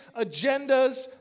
agendas